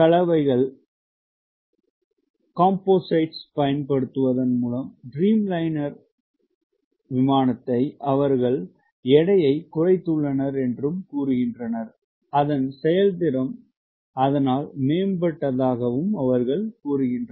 கலவைகள் பயன்படுத்துவதன் மூலம் ட்ரீம்லைனர் அவர்கள் எடையைக் குறைத்துள்ளனர் அதன் செயல்திறன் மேம்படுத்தியதாக அவர்கள் கூறுகின்றனர்